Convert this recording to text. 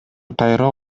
кайра